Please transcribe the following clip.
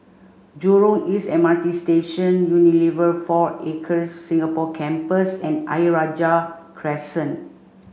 Jurong East M R T Station Unilever Four Acres Singapore Campus and Ayer Rajah Crescent